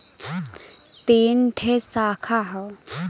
तीन ठे साखा हौ